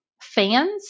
fans